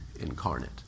incarnate